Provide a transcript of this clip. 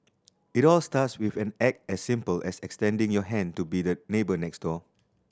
it all starts with an act as simple as extending your hand to be the neighbour next door